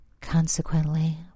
Consequently